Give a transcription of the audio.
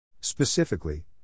Specifically